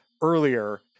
earlier